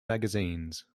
magazines